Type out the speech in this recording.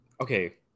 okay